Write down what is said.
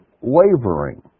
wavering